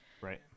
Right